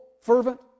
fervent